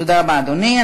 תודה רבה, אדוני.